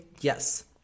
yes